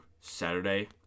Saturday